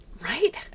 Right